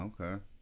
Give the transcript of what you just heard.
Okay